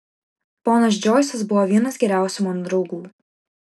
ponas džoisas buvo vienas geriausių mano draugų